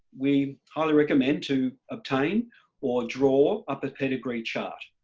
we highly recommend to obtain or draw up a pedigree chart.